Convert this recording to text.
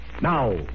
Now